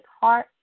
heart